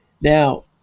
now